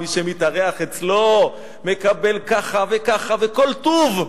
מי שמתארח אצלו מקבל ככה וככה וכל טוב.